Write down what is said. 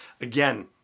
Again